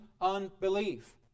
unbelief